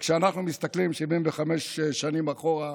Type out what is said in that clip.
כשאנחנו מסתכלים 75 שנים אחורה,